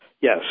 Yes